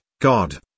God